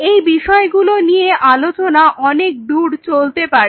এই বিষয়গুলি নিয়ে আলোচনা অনেকদূর চলতে পারে